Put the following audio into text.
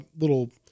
little